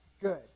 Good